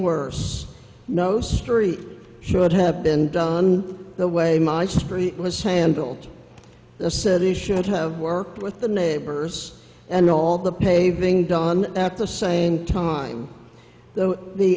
worse no story should have been done the way my street was handled the city should have worked with the neighbors and all the paving done at the same time though the